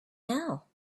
now